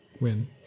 Win